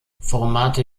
formate